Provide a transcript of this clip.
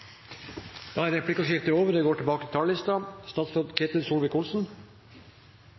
Da er replikkordskiftet over. Det